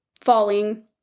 falling